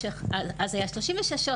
אז היה 36,